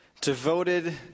devoted